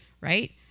right